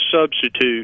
substitute